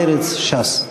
מרצ וש"ס.